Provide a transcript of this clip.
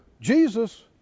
Jesus